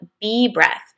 B-breath